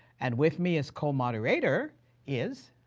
and with me as comoderator is.